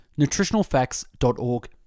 nutritionalfacts.org